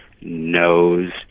knows